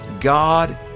God